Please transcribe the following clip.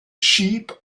sheep